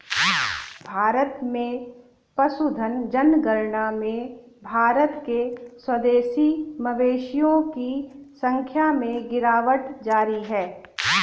भारत में पशुधन जनगणना में भारत के स्वदेशी मवेशियों की संख्या में गिरावट जारी है